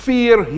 Fear